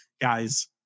guys